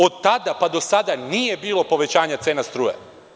Od tada pa do sada, nije bilo povećanja cene struje.